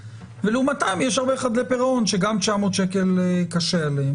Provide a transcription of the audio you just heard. ולעומתם יש הרבה חדלי פירעון שגם 900 שקל קשה עליהם.